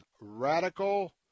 radical